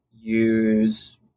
use